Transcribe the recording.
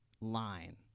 line